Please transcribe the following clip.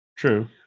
True